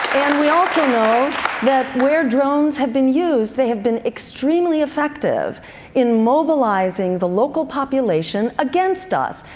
we also know that where jones have been used, they have been extremely effective in mobilizing the local population against us,